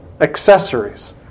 accessories